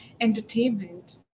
entertainment